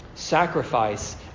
Sacrifice